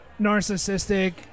narcissistic